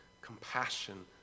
compassion